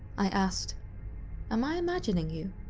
i asked am i imagining you?